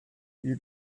you